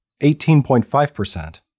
18.5%